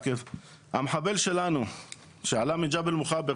המחבל שלנו שעלה מג'בל מוכבר,